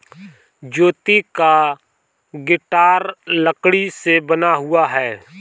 ज्योति का गिटार लकड़ी से बना हुआ है